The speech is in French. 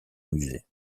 musée